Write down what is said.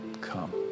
come